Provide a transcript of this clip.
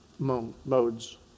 modes